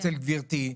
אצל גברתי,